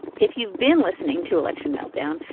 if you've been listening to election meltdown,